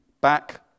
back